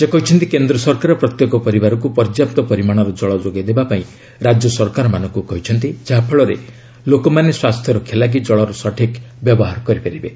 ସେ କହିଛନ୍ତି କେନ୍ଦ୍ର ସରକାର ପ୍ରତ୍ୟେକ ପରିବାରକ୍ ପର୍ଯ୍ୟାପ୍ତ ପରିମାଣର ଜଳ ଯୋଗାଇ ଦେବାପାଇଁ ରାଜ୍ୟ ସରକାରମାନଙ୍କୁ କହିଛନ୍ତି ଯାହାଫଳରେ ଲୋକମାନେ ସ୍ୱାସ୍ଥ୍ୟରକ୍ଷା ଲାଗି ଜଳର ସଠିକ୍ ବ୍ୟବହାର କରିପାରିବେ